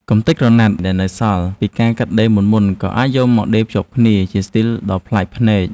កម្ទេចក្រណាត់ដែលនៅសល់ពីការកាត់ដេរមុនៗ ក៏អាចយកមកដេរភ្ជាប់គ្នាជាស្ទីលដ៏ប្លែកភ្នែក។